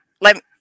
let